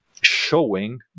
showing